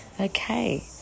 okay